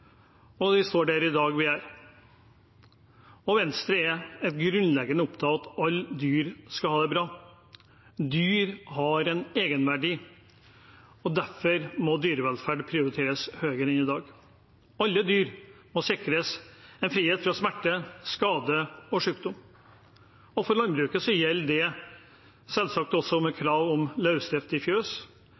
og vi står der vi er i dag. Venstre er grunnleggende opptatt av at alle dyr skal ha det bra. Dyr har en egenverdi, og derfor må dyrevelferd prioriteres høyere enn i dag. Alle dyr må sikres en frihet fra smerte, skade og sykdom. Det gjelder selvsagt for landbruket også – med krav om